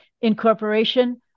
incorporation